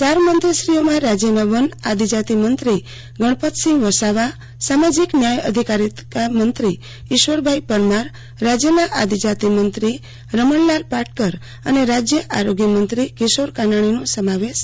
ચાર મંત્રીશ્રીઓમાં રાજયના વન આદિજાતિમંત્રી ગણપતસિંહ વસાવા સામાજિક ન્યાય અધિકારિતા મંત્રી ઇશ્વરભાઈ પરમાર રાજયના આદિજાતિ મંત્રી રમણલાલ પાટકર અનેરાજય આરોગ્યમંત્રી કિશોર કાનાણીનો સમાવેશ થાય છે